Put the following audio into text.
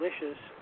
delicious